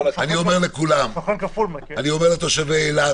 אומר לכולם, אני אומר לתושבי אילת: